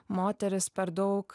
moterys per daug